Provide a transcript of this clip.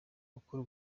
gukora